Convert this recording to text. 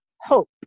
hope